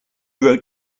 wrote